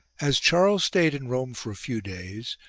as charles stayed in rome for a few days,